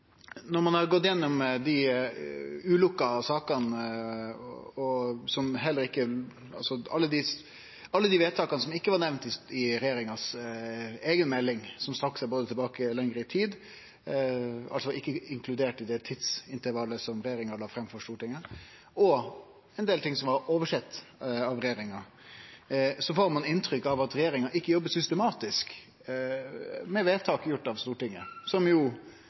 Når ein har gått igjennom dei ulukka sakene, alle dei vedtaka som ikkje var nemnde i eigenmeldinga frå regjeringa, som strekkjer seg lenger tilbake i tid, og som altså ikkje var inkluderte i det tidsintervallet som regjeringa la fram for Stortinget, og der det var ein del ting som var oversett av regjeringa, får ein inntrykk av at regjeringa ikkje jobbar systematisk med vedtak gjorde av Stortinget, noko som